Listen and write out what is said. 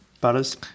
Butters